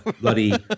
bloody